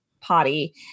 potty